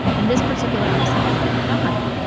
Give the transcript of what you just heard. and this particular episode was on montgomery.